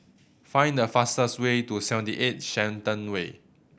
find the fastest way to Seventy Eight Shenton Way